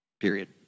Period